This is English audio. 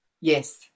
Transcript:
Yes